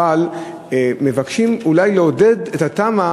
אבל מבקשים אולי לעודד את עניין התמ"א